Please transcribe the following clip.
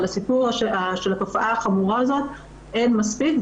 אבל לסיפור של התופעה החמורה הזו אין מספיק,